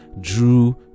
drew